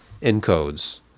encodes